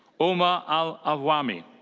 omar al awamry.